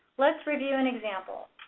let's review an example.